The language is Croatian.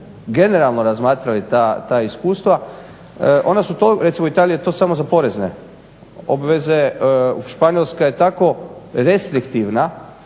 generalno razmatrali ta iskustva. Recimo Italija je to samo za porezne obveze, Španjolska je tako restriktivna